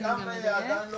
חלקם עדיין לא